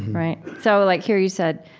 right? so, like, here you said,